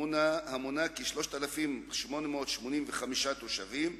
המונה 3,885 תושבים,